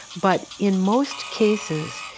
but in most cases,